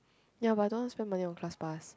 ya but I don't want spend money on class pass